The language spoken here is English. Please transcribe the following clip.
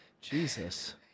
Jesus